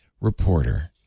reporter